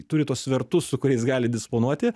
turi tuos svertus su kuriais gali disponuoti